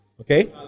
Okay